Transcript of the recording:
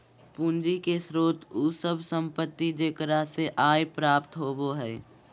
पूंजी के स्रोत उ सब संपत्ति जेकरा से आय प्राप्त होबो हइ